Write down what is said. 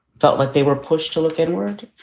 but what they were pushed to look inward.